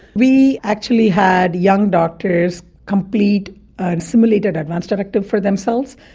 we actually had young doctors complete a simulated advance directive for themselves,